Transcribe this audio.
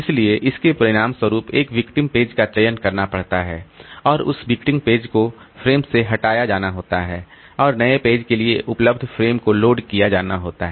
इसलिए इसके परिणामस्वरूप एक विक्टिम पेज का चयन करना पड़ता है और उस विक्टिम पेज को फ्रेम से हटाया जाना होता है और नए पेज के लिए उपलब्ध फ्रेम को लोड किया जाना होता है